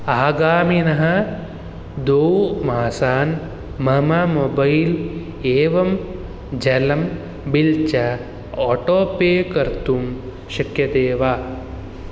आगामिनः द्वौ मासान् मम मोबैल् एवंं जलम् बिल् च आटो पे कर्तुं शक्यते वा